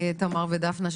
תמר ודפנה,